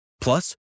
Plus